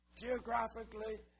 Geographically